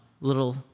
little